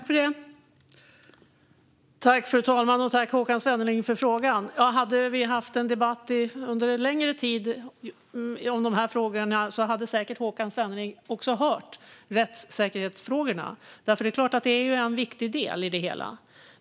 Fru talman! Tack, Håkan Svenneling, för frågan! Hade vi haft en längre debatt om de här frågorna hade Håkan Svenneling säkert också fått höra om rättssäkerhetsfrågorna. De är såklart en viktig del i det hela.